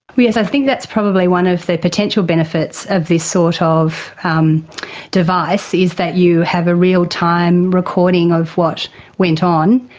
yes, i think that's probably one of the potential benefits of this sort ah of um device, is that you have a real-time recording of what went on.